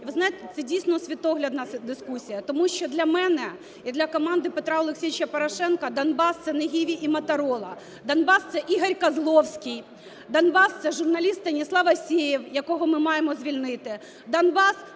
ви знаєте, це дійсно світоглядна дискусія, тому що для мене і для команди Петра Олексійовича Порошенка Донбас – це не "Гіві" і "Моторола". Донбас – це Ігор Козловський, Донбас – це журналіст Станіслав Асєєв, якого ми маємо звільнити.